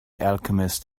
alchemist